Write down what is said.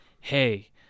hey